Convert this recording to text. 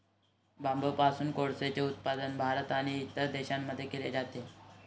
बांबूपासून कोळसेचे उत्पादन भारत आणि इतर देशांमध्ये केले जाते